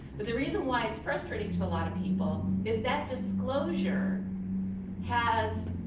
but the reason why it's frustrating to a lot of people is that disclosure has.